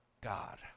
God